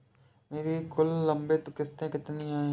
मेरी कुल लंबित किश्तों कितनी हैं?